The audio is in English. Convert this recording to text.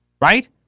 right